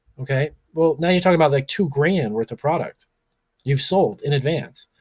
okay, well now you're talking about, like, two grand worth of product you've sold in advance.